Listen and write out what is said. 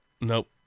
Nope